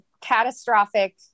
catastrophic